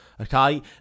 Okay